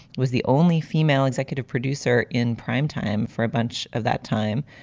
was the only female executive producer in prime time for a bunch of that time,